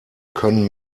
können